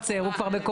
מאליו.